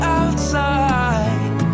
outside